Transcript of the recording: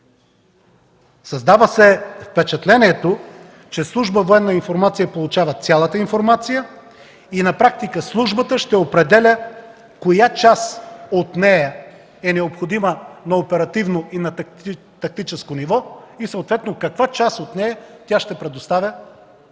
Създава се впечатлението, че служба „Военна информация” получава цялата информация и на практика службата ще определя коя част от нея е необходима на оперативно и тактическо ниво и съответно каква част от нея тя ще предоставя